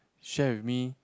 share with me